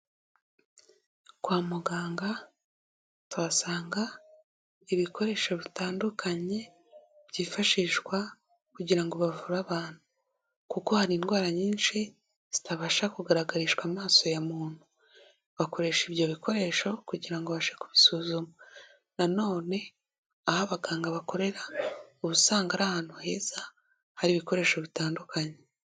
Kwa muganga tuhasanga ibikoresho bitandukanye byifashishwa kugira ngo bavure abantu, kuko hari indwara nyinshi zitabasha kugaragarishwa amaso ya muntu, bakoresha ibyo bikoresho kugira ngo babashe kubisuzuma. Nanone aho abaganga bakorera uba usanga ari ahantu heza, hari ibikoresho bitandukanye.